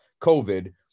COVID